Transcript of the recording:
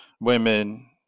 women